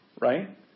right